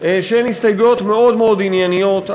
שהן הסתייגויות מאוד ענייניות.